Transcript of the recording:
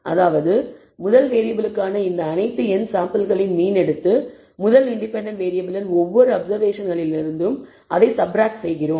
அதாவது முதல் வேறியபிளுக்கான இந்த அனைத்து n சாம்பிள்களின் மீன் எடுத்து முதல் இண்டிபெண்டன்ட் வேறியபிளின் ஒவ்வொரு அப்சர்வேஷன்களிலிருந்தும் அதைக் சப்ராக்ட் செய்கிறோம்